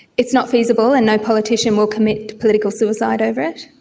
it's not feasible and no politician will commit political suicide over it.